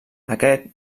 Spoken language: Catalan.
aquest